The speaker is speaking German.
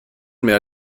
mehr